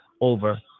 over